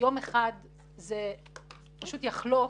יום אחד זה פשוט יחלוף,